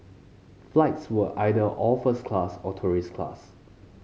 flights were either all first class or tourist class